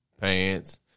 Pants